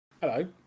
Hello